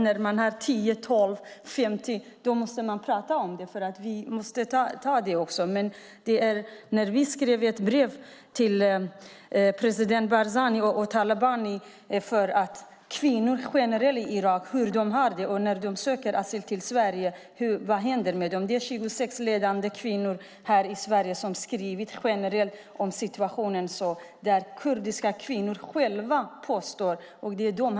När man har 10, 12 eller 50 fall måste man självfallet prata om det och ta upp det. Vi har skrivit ett brev till presidenterna Barzani och Talabani om kvinnor generellt i Irak, hur de har det och vad som händer med dem när de söker asyl i Sverige. Det är 26 ledande kvinnor här i Sverige som har skrivit om situationen generellt. Kurdiska kvinnor påstår detta själva.